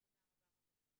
תודה רבה.